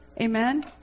Amen